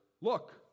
Look